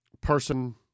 person